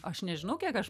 aš nežinau kiek aš